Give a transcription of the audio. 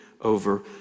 over